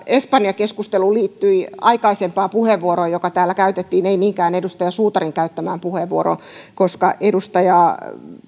espanja keskustelu liittyi aikaisempaan puheenvuoroon joka täällä käytettiin ei mihinkään edustaja suutarin käyttämään puheenvuoroon koska